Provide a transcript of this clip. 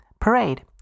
Parade